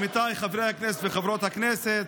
עמיתיי חברי הכנסת וחברות הכנסת,